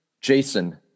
Jason